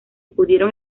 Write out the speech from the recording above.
pudieron